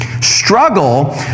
struggle